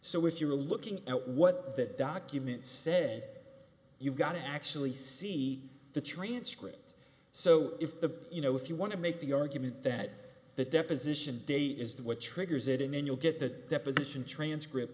so if you're looking at what that documents said you've got to actually see the transcript so if the you know if you want to make the argument that the deposition day is that what triggers it and then you'll get the deposition transcript